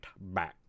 back